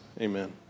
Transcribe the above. Amen